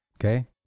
Okay